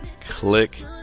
click